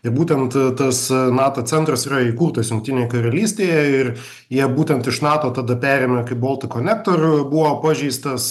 ir būtent tas nato centras yra įkurtas jungtinėje karalystėje ir jie būtent iš nato tada perėmė kai boltik konektor buvo pažeistas